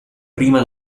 prima